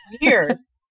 years